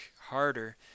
harder